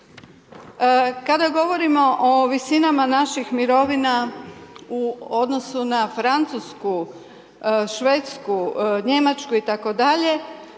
Kada govorimo o visinama naših mirovina u odnosu na Francusku, Švedsku, Njemačku itd.